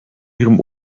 ihrem